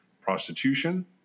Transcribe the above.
prostitution